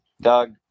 Doug